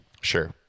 Sure